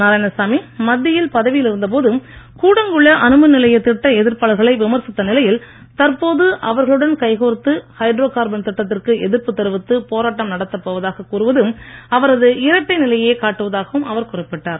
நாராயணசாமி மத்தியில் பதவியில் இருந்தபோது கூடங்குள அணுமின் நிலைய திட்ட எதிர்ப்பாளர்களை விமர்சித்த நிலையில் தற்போது அவர்களுடன் கைகோர்த்து ஹைட்ரோ கார்பன் திட்டத்திற்கு எதிர்ப்பு தெரிவித்து போராட்டம் நடத்தப்போவதாக கூறுவது அவரது இரட்டை நிலையையே காட்டுவதாகவும் அவர் குறிப்பிட்டார்